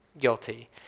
guilty